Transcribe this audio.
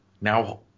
now